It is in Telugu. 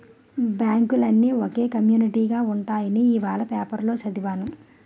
బాంకులన్నీ ఒకే కమ్యునీటిగా ఉంటాయని ఇవాల పేపరులో చదివాను